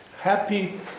happy